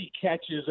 catches